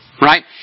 Right